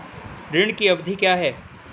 ऋण की अवधि क्या है?